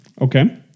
Okay